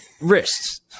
wrists